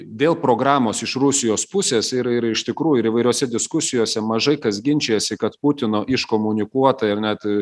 dėl programos iš rusijos pusės ir ir iš tikrųjų ir įvairiose diskusijose mažai kas ginčijasi kad putino iškomunikuota ir net